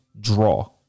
draw